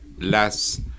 less